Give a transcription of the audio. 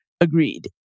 agreed